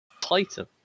titan